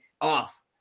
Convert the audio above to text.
off